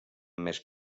més